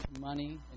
Money